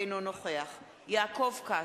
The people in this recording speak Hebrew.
אינו נוכח יעקב כץ,